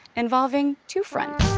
involving two fronts.